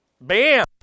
Bam